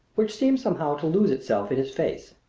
which seemed somehow to lose itself in his face.